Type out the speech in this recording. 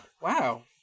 Wow